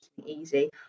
easy